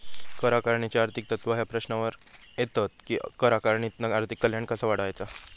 कर आकारणीची आर्थिक तत्त्वा ह्या प्रश्नावर येतत कि कर आकारणीतना आर्थिक कल्याण कसा वाढवायचा?